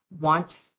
want